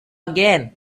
again